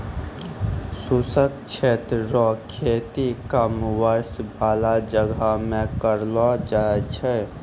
शुष्क क्षेत्र रो खेती कम वर्षा बाला जगह मे करलो जाय छै